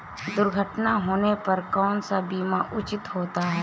दुर्घटना होने पर कौन सा बीमा उचित होता है?